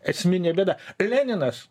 esminė bėda leninas